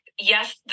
yes